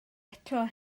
eto